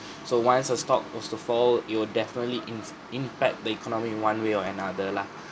so once a stock was to fall it will definitely iim~ ~mpact the economy one way or another lah